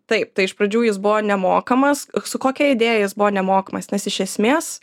taip tai iš pradžių jis buvo nemokamas su kokia idėja jis buvo nemokamas nes iš esmės